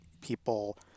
people